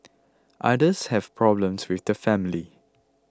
others have problems with the family